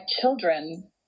children